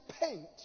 paint